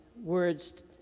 words